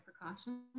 precautions